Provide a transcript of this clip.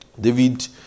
David